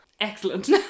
Excellent